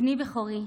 בני בכורי,